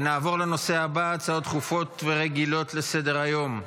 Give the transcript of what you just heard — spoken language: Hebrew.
נעבור לנושא הבא, הצעות דחופות ורגילות לסדר-היום.